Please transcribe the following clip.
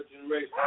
generation